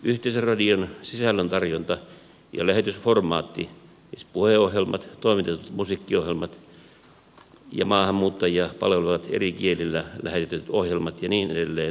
yhteisöradion sisällöntarjonta ja lähetysformaatti siis puheohjelmat toimitetut musiikkiohjelmat ja maahanmuuttajia palvelevat eri kielillä lähetetyt ohjelmat ja niin edelleen